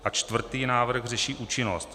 A čtvrtý návrh řeší účinnost.